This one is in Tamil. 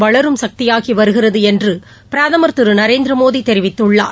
வளரும் சக்தியாகி வருகிறது என்று பிரதமர் திரு நரேந்திரமோடி தெரிவித்துள்ளார்